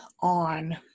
on